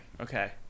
okay